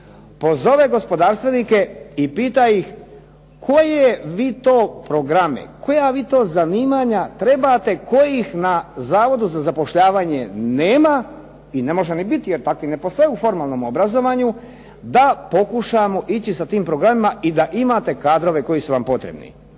pozove gospodarstvenike i pita ih koje vi to programe, koja vi to zanimanja trebate kojih na Zavodu za zapošljavanje nema i ne može ni biti jer takvi ne postoje u formalnom obrazovanju da pokušamo ići sa tim programima i da imate kadrove koji su vam potrebni.